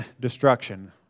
destruction